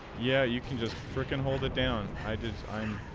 yeah you can just for kimball the down side is i'm